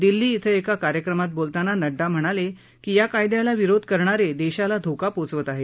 दिल्ली श्विं एका कार्यक्रमात बोलताना नड्डा म्हणाले की या कायद्याला विरोध करणारे देशाला धोका पोचवत आहेत